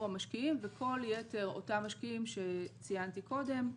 המשקיעים וכל יתר אותם משקיעים שציינתי קודם.